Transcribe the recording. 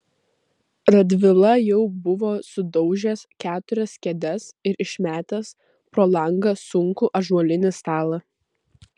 radvila jau buvo sudaužęs keturias kėdes ir išmetęs pro langą sunkų ąžuolinį stalą